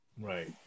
Right